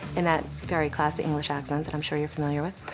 in that very classy english accent that i'm sure you are familiar with,